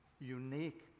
unique